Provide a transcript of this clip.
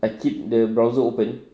I keep the browser open